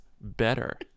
better